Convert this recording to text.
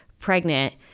pregnant